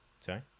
sorry